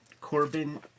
Corbin